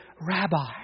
Rabbi